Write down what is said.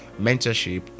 mentorship